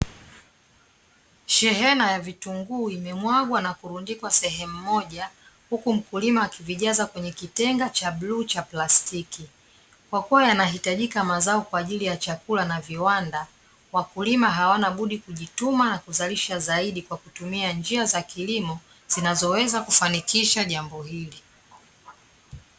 Shehena ya vitunguu imemwagwa na kurundikwa sehemu moja huku mkulima wa kivijaza kwenye kitenga cha bluu cha plastiki kwa kuwa yanahitajika mazao kwa ajili ya chakula na viwanda wakulima hawana budi kujituma na kuzalisha zaidi kwa kutumia njia za kilimo zinazoweza kufanikisha jambo hili.